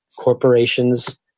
corporations